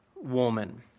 woman